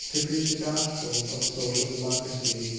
to preach the gospel of social democracy.